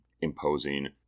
imposing